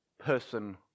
person